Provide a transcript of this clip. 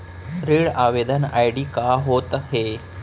ऋण आवेदन आई.डी का होत हे?